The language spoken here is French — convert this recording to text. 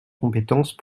compétence